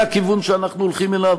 זה הכיוון שאנחנו הולכים אליו,